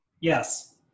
Yes